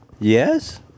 yes